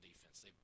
defense